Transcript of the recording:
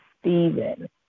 Stephen